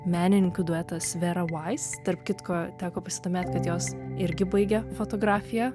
menininkių duetas vera vais tarp kitko teko pasidomėt kad jos irgi baigė fotografiją